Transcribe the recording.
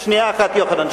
שנייה אחת, יוחנן.